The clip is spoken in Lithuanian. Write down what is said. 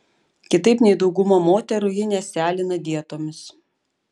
kitaip nei dauguma moterų ji nesialina dietomis